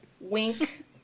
wink